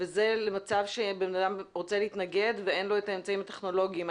וזה למצב שאדם רוצה להתנגד ואין לו האמצעים הטכנולוגיים.